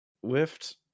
Whiffed